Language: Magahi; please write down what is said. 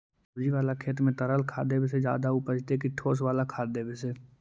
सब्जी बाला खेत में तरल खाद देवे से ज्यादा उपजतै कि ठोस वाला खाद देवे से?